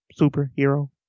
superhero